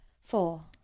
Four